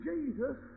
Jesus